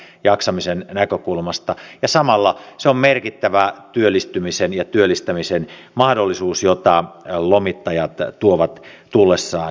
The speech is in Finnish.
se on erittäin tärkeää jaksamisen näkökulmasta ja samalla se on merkittävä työllistymisen ja työllistämisen mahdollisuus jota lomittajat tuovat tullessaan